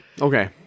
Okay